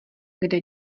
kde